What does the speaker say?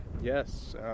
Yes